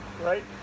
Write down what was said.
right